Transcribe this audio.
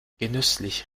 genüsslich